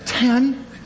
Ten